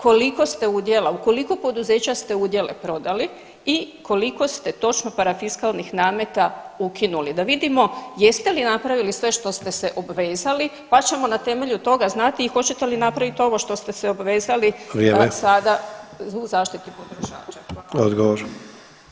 Koliko ste udjela, u koliko poduzeća ste udjele prodali i koliko ste točno parafiskalnih nameta ukinuli da vidimo jeste li napravili sve što ste se obvezali, pa ćemo na temelju toga znati i hoćete li napraviti ovo što ste se obvezali sada u zaštiti potrošača?